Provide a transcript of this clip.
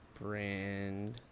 Brand